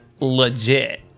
legit